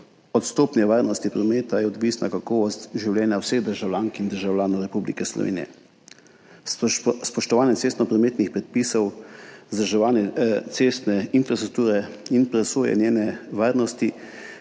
Od stopnje varnosti prometa je odvisna kakovost življenja vseh državljank in državljanov Republike Slovenije. Spoštovanje cestnoprometnih predpisov, vzdrževanje cestne infrastrukture in presoje njene varnosti